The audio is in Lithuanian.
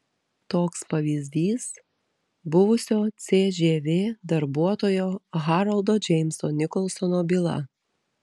toks pavyzdys buvusio cžv darbuotojo haroldo džeimso nikolsono byla